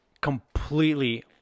completely